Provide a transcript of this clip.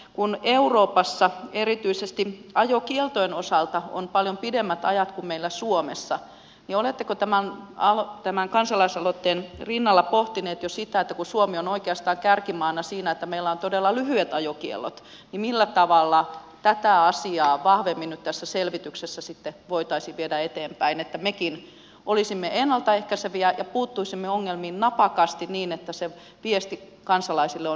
kun euroopassa erityisesti ajokieltojen osalta on paljon pidemmät ajat kuin meillä suomessa oletteko tämän kansalaisaloitteen rinnalla jo pohtinut sitä että kun suomi on oikeastaan kärkimaana siinä että meillä on todella lyhyet ajokiellot niin millä tavalla tätä asiaa vahvemmin nyt tässä selvityksessä voitaisiin viedä eteenpäin niin että mekin olisimme ennalta ehkäiseviä ja puuttuisimme ongelmiin napakasti niin että se viesti kansalaisille on hyvin selvä